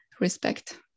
respect